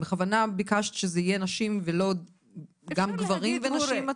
בכוונה ביקשת שזה לא יהיה גם גברים ונשים עצמאים?